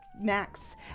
Max